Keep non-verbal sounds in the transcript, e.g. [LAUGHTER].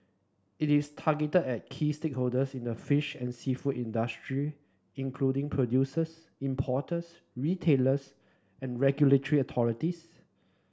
it is targeted at key stakeholders in the fish and seafood industry including producers importers retailers and [UNINTELLIGIBLE] authorities